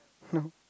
no